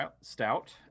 stout